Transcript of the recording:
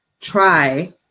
try